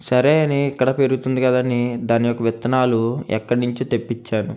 సరే అని ఇక్కడ పెరుగుతుంది కదా అని దాని యొక్క విత్తనాలు ఎక్కడి నుంచో తెప్పించాను